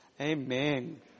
Amen